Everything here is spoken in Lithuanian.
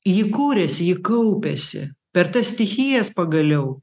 ji kuriasi ji kaupiasi per tas stichijas pagaliau